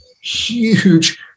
huge